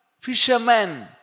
fishermen